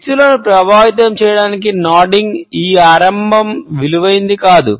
వ్యక్తులను ప్రభావితం చేయడానికి నోడింగ్ ఈ ఆరంభం విలువైనది కాదు